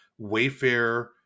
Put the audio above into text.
Wayfair